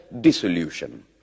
dissolution